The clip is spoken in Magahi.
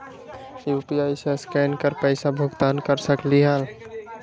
यू.पी.आई से स्केन कर पईसा भुगतान कर सकलीहल?